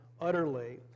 utterly